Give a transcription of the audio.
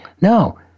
no